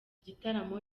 gitaramo